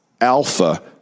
alpha